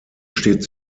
steht